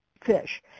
fish